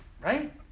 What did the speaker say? right